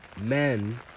men